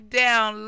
down